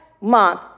month